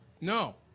No